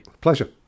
Pleasure